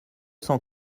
cent